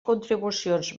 contribucions